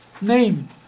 name